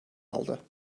aldı